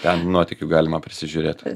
ten nuotykių galima prisižiūrėt